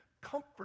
comfort